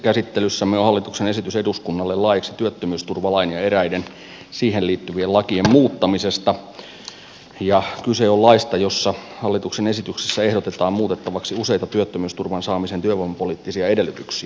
käsittelyssämme on hallituksen esitys eduskunnalle laeiksi työttömyysturvalain ja eräiden siihen liittyvien lakien muuttamisesta ja kyse on laista jossa hallituksen esityksessä ehdotetaan muutettavaksi useita työttömyysturvan saamisen työvoimapoliittisia edellytyksiä